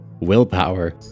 Willpower